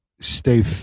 stay